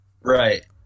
Right